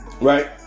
right